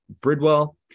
bridwell